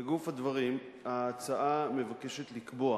לגוף הדברים, ההצעה היא לקבוע